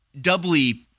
doubly